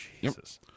Jesus